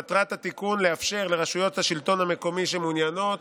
מטרת התיקון לאפשר לרשויות השלטון המקומי שמעוניינות